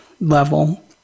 level